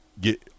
get –